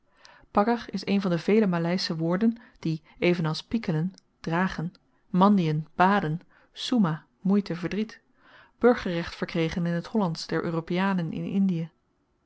is een van de vele maleische woorden die evenals pikelen dragen mandiën baden soemah moeite verdriet burgerrecht verkregen in t hollandsch der europeanen in indie